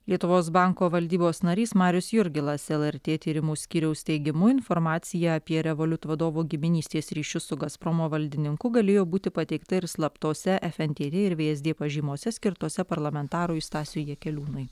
lietuvos banko valdybos narys marius jurgilas lrt tyrimų skyriaus teigimu informacija apie revoliut vadovo giminystės ryšius su gazpromo valdininku galėjo būti pateikta ir slaptose fntt ir vsd pažymose skirtose parlamentarui stasiui jakeliūnui